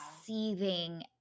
seething